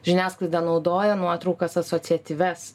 žiniasklaida naudoja nuotraukas asociatyvias